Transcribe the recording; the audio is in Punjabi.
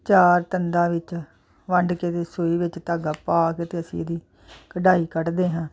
ਚਾਰ ਤੰਦਾਂ ਵਿੱਚ ਵੰਡ ਕੇ ਸੂਈ ਵਿੱਚ ਧਾਗਾ ਪਾ ਕੇ ਅਤੇ ਅਸੀਂ ਇਹਦੀ ਕਢਾਈ ਕੱਢਦੇ ਹਾਂ